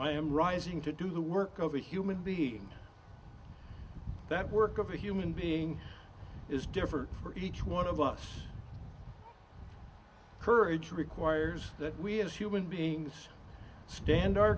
i am rising to do the work of a human being that work of a human being is different for each one of us courage requires that we as human beings stand our